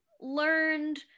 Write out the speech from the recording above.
learned